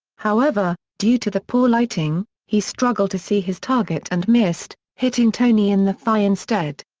however, due to the poor lighting, he struggled to see his target and missed, hitting tony in the thigh instead.